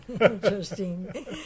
Interesting